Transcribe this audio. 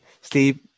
Steve